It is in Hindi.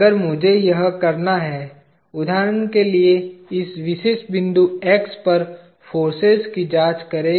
अगर मुझे यह करना है उदाहरण के लिए इस विशेष बिंदु X पर फोर्सेज की जांच करें